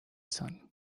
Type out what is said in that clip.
son